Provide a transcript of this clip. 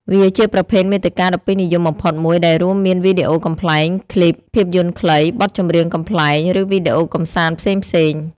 វាជាប្រភេទមាតិកាដ៏ពេញនិយមបំផុតមួយ ដែលរួមមានវីដេអូកំប្លែង ខ្លីប ភាពយន្តខ្លី បទចម្រៀងកំប្លែង ឬវីដេអូកម្សាន្តផ្សេងៗ។